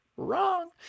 Wrong